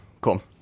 cool